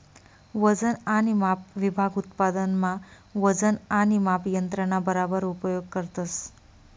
वजन आणि माप विभाग उत्पादन मा वजन आणि माप यंत्रणा बराबर उपयोग करतस